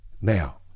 Now